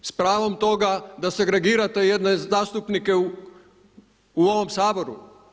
S pravom toga da segregirate jedne zastupnike u ovom Saboru?